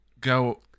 go